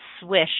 swish